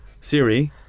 Siri